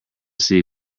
see